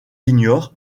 ignorent